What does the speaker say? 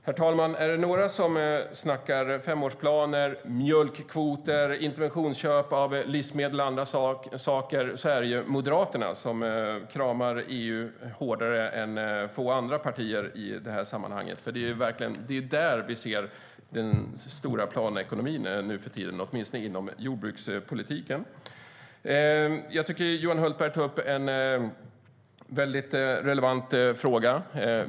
Herr talman! Är det några som snackar femårsplaner, mjölkkvoter, interventionsköp av livsmedel och annat är det Moderaterna, som kramar EU hårdare än många andra partier i detta sammanhang. Det är där vi ser den stora planekonomin nu för tiden, åtminstone inom jordbrukspolitiken. Johan Hultberg tar upp en relevant fråga.